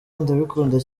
ndabikunda